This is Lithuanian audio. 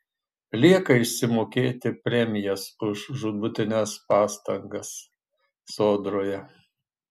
lieka išsimokėti premijas už žūtbūtines pastangas sodroje